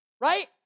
right